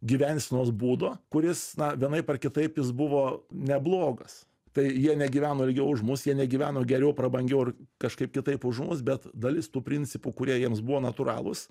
gyvensenos būdo kuris na vienaip ar kitaip jis buvo neblogas tai jie negyveno ilgiau už mus jie negyveno geriau prabangiau ar kažkaip kitaip už mus bet dalis tų principų kurie jiems buvo natūralūs